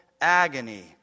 agony